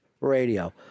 radio